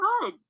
good